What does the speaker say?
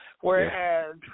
whereas